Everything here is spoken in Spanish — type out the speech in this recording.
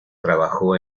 trabajó